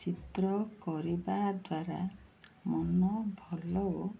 ଚିତ୍ର କରିବା ଦ୍ୱାରା ମନ ଭଲ ଓ